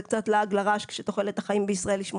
קצת לעג לרש כשתוחלת החיים בישראל היא 83,